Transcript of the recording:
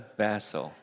vessel